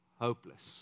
hopeless